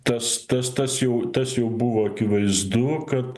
tas tas tas jau tas jau buvo akivaizdu kad